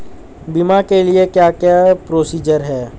बीमा के लिए क्या क्या प्रोसीजर है?